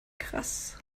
krass